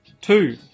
Two